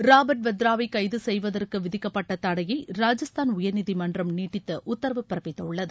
Robert வத்ராவை கைது கெய்வதற்கு விதிக்கப்பட்ட தடையை ராஜஸ்தான் உயர்நீதிமன்றம் நீட்டித்து உத்தரவு பிறப்பித்துள்ளது